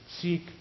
seek